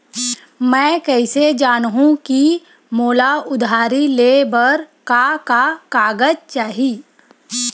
मैं कइसे जानहुँ कि मोला उधारी ले बर का का कागज चाही?